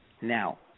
now